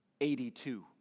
82